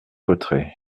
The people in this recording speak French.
cotterêts